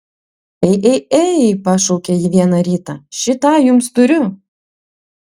ei ei ei pašaukė ji vieną rytą šį tą jums turiu